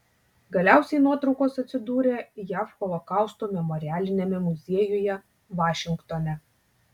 galiausiai nuotraukos atsidūrė jav holokausto memorialiniame muziejuje vašingtone